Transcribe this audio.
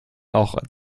auch